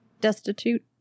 destitute